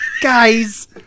Guys